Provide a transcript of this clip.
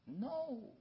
No